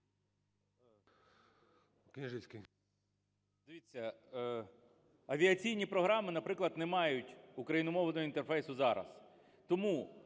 Дивіться, авіаційні програми, наприклад, не мають україномовного інтерфейсу зараз.